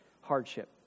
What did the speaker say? hardship